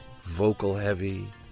vocal-heavy